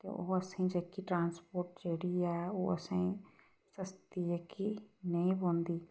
ते ओह् असें जेह्की ट्रांसपोर्ट जेह्ड़ी ऐ ओह् असें सस्ती जेह्की नेईं पौंदी